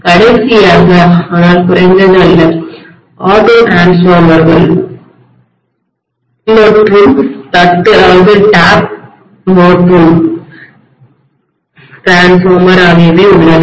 கடைசியாக ஆனால் குறைந்தது அல்ல ஆட்டோ டிரான்ஸ்ஃபார்மர்கள் மற்றும் தட்டு டேப் மாற்றும் மின்மாற்றி டிரான்ஸ்ஃபார்மர் ஆகியவை உள்ளன